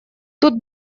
тут